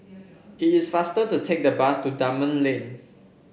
it's faster to take the bus to Dunman Lane